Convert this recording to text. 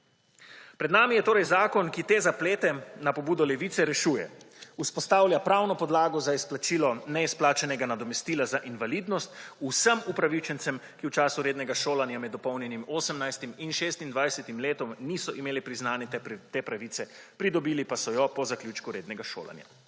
Pred nami je torej zakon, ki te zaplete na pobudo Levice rešuje. Vzpostavlja pravno podlago za izplačilo neizplačanega nadomestila za invalidnost vsem upravičencem, ki v času rednega šolanja med dopolnjenim 18. in 26. letom niso imeli priznane te pravice, pridobili pa so jo po zaključku rednega šolanja.